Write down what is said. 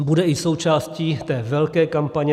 Bude i součástí té velké kampaně.